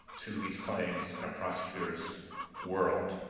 to these claims in a prosecutor's world.